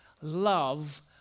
love